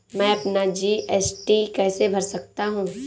मैं अपना जी.एस.टी कैसे भर सकता हूँ?